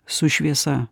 su šviesa